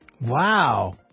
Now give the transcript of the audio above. Wow